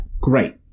Great